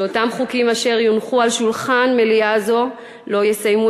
שהחוקים אשר יונחו על שולחן מליאה זו לא יסיימו